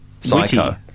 Psycho